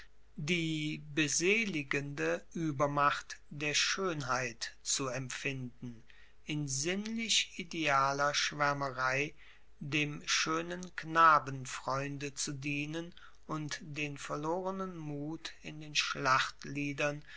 die beseligende uebermacht der schoenheit zu empfinden in sinnlich idealer schwaermerei dem schoenen knabenfreunde zu dienen und den verlorenen mut in den